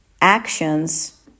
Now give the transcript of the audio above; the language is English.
actions